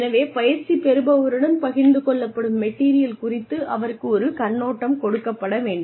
எனவே பயிற்சிபெறுபவருடன் பகிர்ந்து கொள்ளப்படும் மெட்டீரியல் குறித்து அவருக்கு ஒரு கண்ணோட்டம் கொடுக்கப்பட வேண்டும்